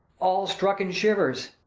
all struck in shivers!